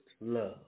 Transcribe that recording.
love